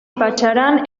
patxaran